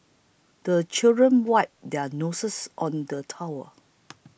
the children wipe their noses on the towel